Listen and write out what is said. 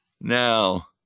Now